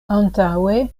antaŭe